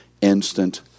instant